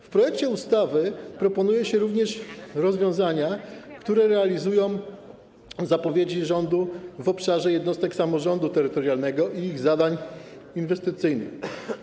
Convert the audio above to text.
W projekcie ustawy proponuje się również rozwiązania, które realizują zapowiedzi rządu w obszarze jednostek samorządu terytorialnego i ich zadań inwestycyjnych.